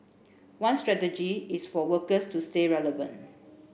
one strategy is for workers to stay relevant